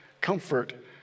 comfort